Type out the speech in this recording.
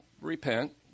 repent